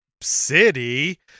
city